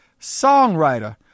songwriter